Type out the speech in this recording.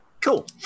Cool